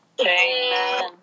Amen